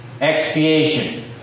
Expiation